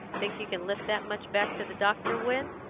think you can lift that much back to the doctor, win?